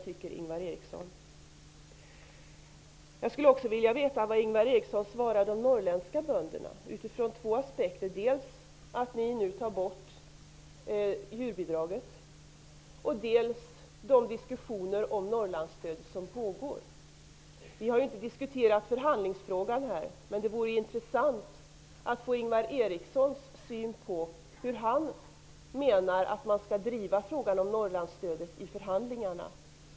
Jag skulle också, utifrån två aspekter, vilja veta vad Ingvar Eriksson svarar de norrländska bönderna, dels utifrån att ni nu tar bort djurbidraget, dels utifrån de diskussioner som pågår om Norrlandsstödet. Vi har inte diskuterat förhandlingsfrågan här, men det vore intressant att få höra hur Ingvar Eriksson menar att man skall driva frågan om Norrlandsstödet i förhandlingarna.